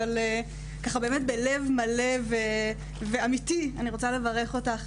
אבל בלב מלא ואמיתי אני רוצה לברך אותך,